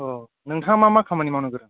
नोंथाङा मा मा खामानि मावनांगोन